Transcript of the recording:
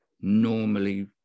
normally